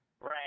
Right